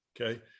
Okay